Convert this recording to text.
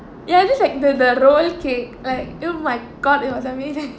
ya just like the the roll cake like oh my god it was amazing